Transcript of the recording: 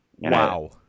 Wow